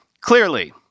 Clearly